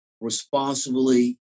responsibly